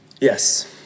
Yes